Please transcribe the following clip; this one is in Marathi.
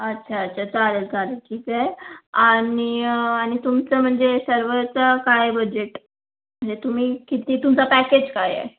अच्छा अच्छा चालेल चालेल ठीक आहे आणि आणि तुमचं म्हणजे सर्वच काय बजेट म्हणजे तुम्ही किती तुमचा पॅकेज काय आहे